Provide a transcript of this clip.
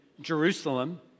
Jerusalem